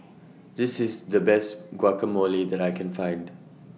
This IS The Best Guacamole that I Can Find